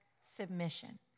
Submission